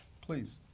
please